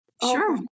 sure